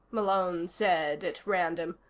malone said at random.